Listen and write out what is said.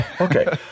Okay